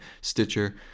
Stitcher